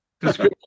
description